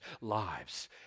lives